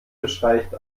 bestreicht